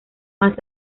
más